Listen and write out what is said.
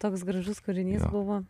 toks gražus kūrinys buvo